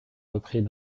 repris